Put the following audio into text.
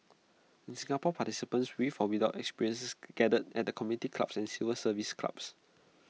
in Singapore participants with for without experience gathered at the community clubs and civil service clubs